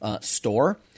store